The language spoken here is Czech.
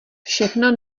všechno